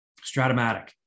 Stratomatic